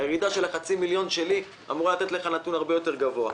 הירידה של חצי מיליון שקל אצלי אמורה לתת לך נתון הרבה יותר גבוה.